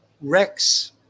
Rex